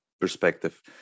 perspective